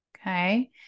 Okay